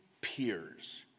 peers